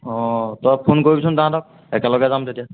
অঁ তই ফোন কৰিবিচোন তাহাঁতক একেলগে যাম তেতিয়া